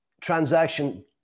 transaction